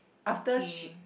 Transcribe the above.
okay